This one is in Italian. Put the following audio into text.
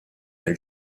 nel